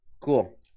Cool